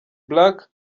black